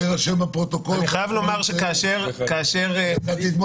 שלא יירשם בפרוטוקול --- אני חייב לומר שכאשר ------ כבודכם,